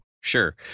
Sure